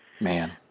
Man